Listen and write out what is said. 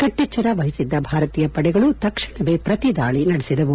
ಕಟ್ಟೆಚ್ವರ ವಹಿಸಿದ್ದ ಭಾರತೀಯ ಪಡೆಗಳು ತಕ್ಷಣವೇ ಪ್ರತಿದಾಳಿ ನಡೆಸಿದವು